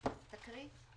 מי שקנה כיום